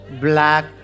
black